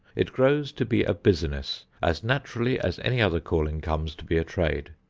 it grows to be a business as naturally as any other calling comes to be a trade.